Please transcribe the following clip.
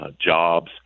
jobs